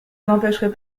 n’empêcherait